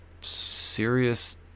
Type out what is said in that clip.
serious